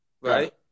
Right